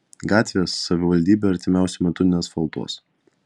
gatvės savivaldybė artimiausiu metu neasfaltuos